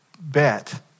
bet